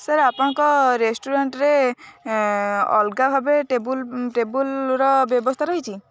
sir ଆପଣଙ୍କ ରେଷ୍ଟୁରାଣ୍ଟରେ ଅଲଗା ଭାବେ ଟେବୁଲ୍ ଟେବୁଲ୍ର ବ୍ୟବସ୍ଥା ରହିଛି